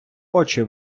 очи